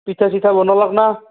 পিঠা চিঠা বনালেনে